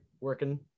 working